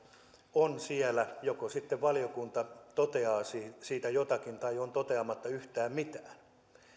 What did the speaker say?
on valiokunnassa ja joko valiokunta sitten toteaa siitä jotakin tai on toteamatta yhtään